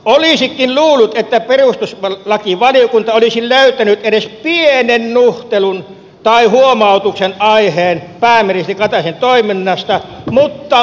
olisikin luullut että perustuslakivaliokunta olisi löytänyt edes pienen nuhtelun tai huomautuksen aiheen pääministeri kataisen toiminnasta mutta mitä vielä